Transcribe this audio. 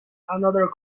another